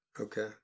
okay